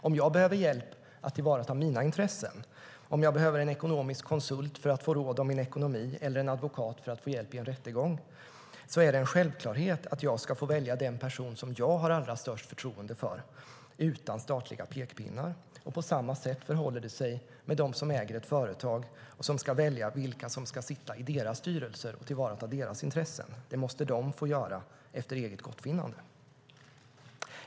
Om jag behöver hjälp att tillvarata mina intressen, om jag behöver en ekonomisk konsult för att få råd om min ekonomi eller en advokat för att få hjälp i en rättegång, är det en självklarhet att jag ska få välja den person som jag har allra störst förtroende för utan statliga pekpinnar. På samma sätt förhåller det sig med dem som äger ett företag och som ska välja vilka som ska sitta i deras styrelser och tillvarata deras intressen. Det måste de få göra efter eget gottfinnande.